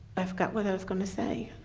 i forgot what was gonna say,